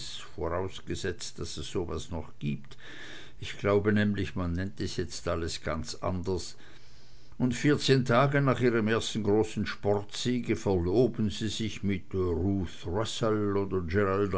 vorausgesetzt daß es so was noch gibt ich glaube nämlich man nennt es jetzt alles ganz anders und vierzehn tage nach ihrem ersten großen sportsiege verloben sie sich mit